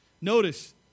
Notice